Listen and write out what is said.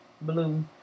Blue